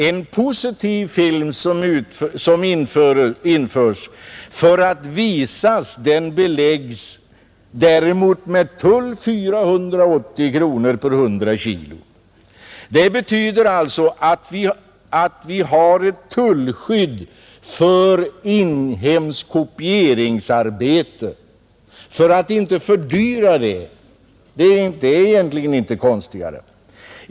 En positiv film som förs in för att visas beläggs däremot med en tull på 480 kronor för 100 kg. Detta innebär alltså att vi har ett tullskydd för inhemskt kopieringsarbete för att inte fördyra det arbetet. Konstigare är det inte.